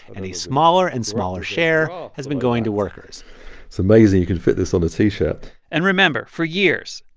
and a smaller and smaller share has been going to workers it's amazing you can fit this on a t-shirt and remember for years,